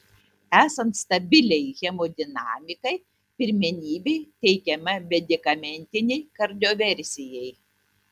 esant stabiliai hemodinamikai pirmenybė teikiama medikamentinei kardioversijai